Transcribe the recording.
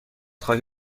خواهی